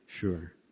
sure